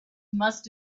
must